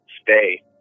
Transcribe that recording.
stay